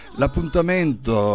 l'appuntamento